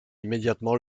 immédiatement